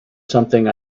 something